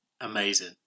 amazing